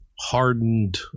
hardened